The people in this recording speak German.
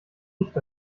licht